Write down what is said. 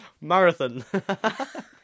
marathon